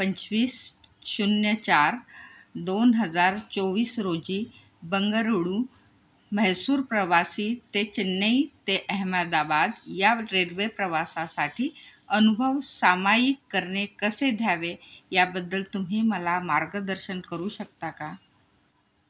पंचवीस शून्य चार दोन हजार चोवीस रोजी बंगळुरू म्हैसूर प्रवासी ते चेन्नई ते अहमदाबाद या रेल्वे प्रवासासाठी अनुभव सामायिक करणे कसे द्यावे याबद्दल तुम्ही मला मार्गदर्शन करू शकता का